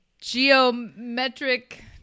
geometric